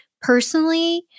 personally –